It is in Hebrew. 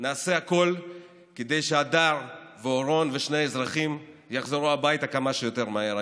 נעשה הכול כדי שהדר ואורון ושני האזרחים יחזרו הביתה כמה שיותר מהר.